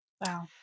Wow